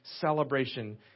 celebration